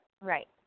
right